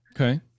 Okay